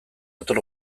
hator